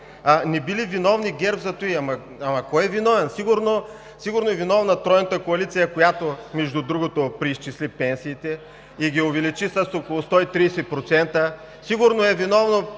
Не били виновни ГЕРБ за това. А кой е виновен? Сигурно е виновна Тройната коалиция, която, между другото, преизчисли пенсиите и ги увеличи с около 130%. Сигурно е виновно